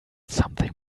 something